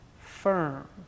firm